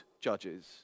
judges